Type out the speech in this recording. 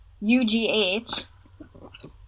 U-G-H